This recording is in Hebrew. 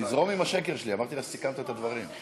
תזרום עם השקר שלי, אמרתי לה שסיכמת את הדברים.